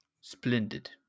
Splendid